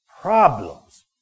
problems